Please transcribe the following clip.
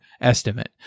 estimate